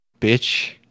bitch